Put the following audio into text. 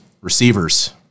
Receivers